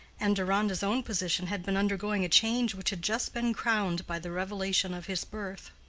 and deronda's own position had been undergoing a change which had just been crowned by the revelation of his birth.